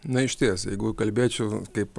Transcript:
na išties jeigu kalbėčiau kaip